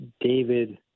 David